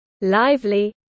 Lively